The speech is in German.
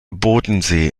bodensee